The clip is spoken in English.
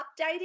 updating